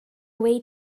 way